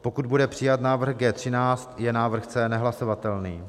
pokud bude přijat návrh G13, je návrh C nehlasovatelný